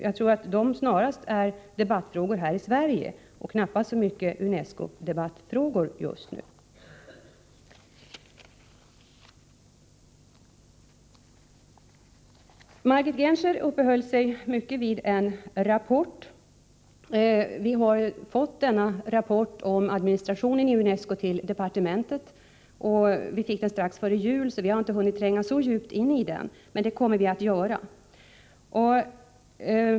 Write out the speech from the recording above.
Jag tror snarast att dessa frågor är debattfrågor här i Sverige men inte så mycket i UNESCO. Margit Gennser uppehöll sig mycket vid en rapport om administrationen i UNESCO, som vi fick till departementet strax före jul. Vi har inte hunnit tränga in så djupt i den, men det kommer vi att göra.